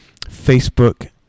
Facebook